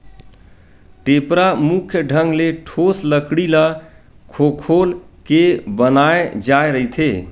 टेपरा मुख्य ढंग ले ठोस लकड़ी ल खोखोल के बनाय जाय रहिथे